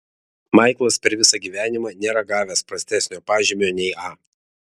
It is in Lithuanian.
maiklas per visą gyvenimą nėra gavęs prastesnio pažymio nei a